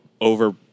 over